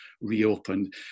reopened